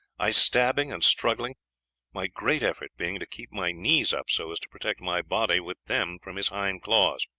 i stabbing and struggling my great effort being to keep my knees up so as to protect my body with them from his hind claws.